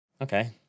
Okay